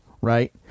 right